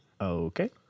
Okay